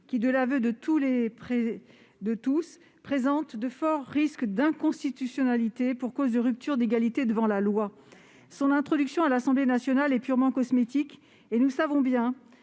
qui, de l'aveu de tous, présente de forts risques d'inconstitutionnalité pour cause de rupture d'égalité devant la loi. Son introduction à l'Assemblée nationale est purement cosmétique : nous savons bien